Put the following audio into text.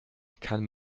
kann